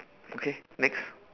okay next